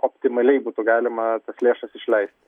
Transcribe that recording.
optimaliai būtų galima tas lėšas išleisti